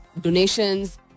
donations